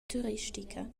turistica